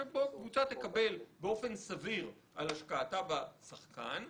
שבו קבוצה תקבל באופן סביר על השקעתה בשחקן,